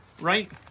Right